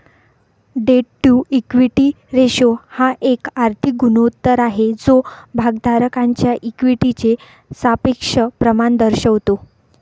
date to equity ratio हा एक आर्थिक गुणोत्तर आहे जो भागधारकांच्या इक्विटीचे सापेक्ष प्रमाण दर्शवतो